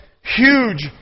huge